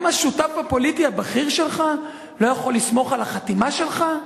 גם השותף הפוליטי הבכיר שלך לא יכול לסמוך על החתימה שלך?